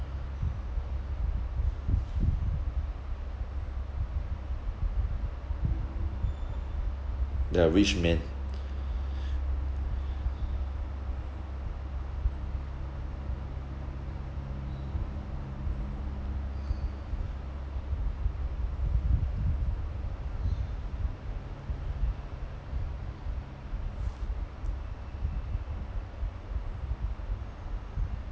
you are rich man